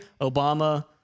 Obama